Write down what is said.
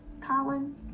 Colin